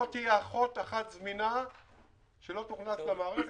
שלא תהיה אחות אחת זמינה שלא תוכנס למערכת.